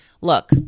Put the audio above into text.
look